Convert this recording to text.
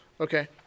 Okay